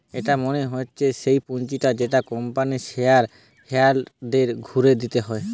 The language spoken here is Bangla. এটা মনে হচ্ছে সেই পুঁজিটা যেটা কোম্পানির শেয়ার হোল্ডারদের ঘুরে দিতে হয়